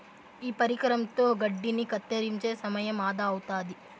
ఈ పరికరంతో గడ్డిని కత్తిరించే సమయం ఆదా అవుతాది